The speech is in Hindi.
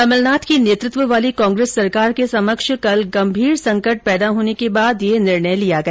कमलनाथ के नेतृत्व वाली कांग्रेस सरकार के समक्ष कल गंभीर संकट पैदा होने के बाद ये निर्णय लिया गया